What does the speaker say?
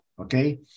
okay